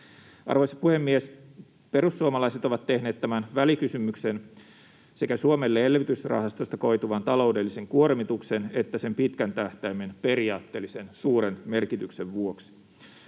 Arvoisa puhemies! Perussuomalaiset ovat tehneet tämän välikysymyksen sekä Suomelle elvytysrahastosta koituvan taloudellisen kuormituksen että sen pitkän tähtäimen periaatteellisen, suuren merkityksen vuoksi.